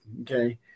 Okay